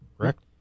Correct